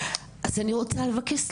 אז אני רוצה לבקש סליחה,